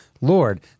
Lord